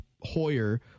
Hoyer